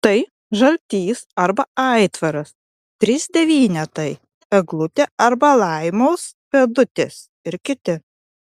tai žaltys arba aitvaras trys devynetai eglutė arba laimos pėdutės ir kiti